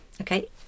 Okay